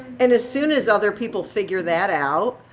and as soon as other people figure that out,